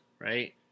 Right